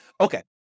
Okay